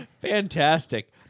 Fantastic